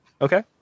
Okay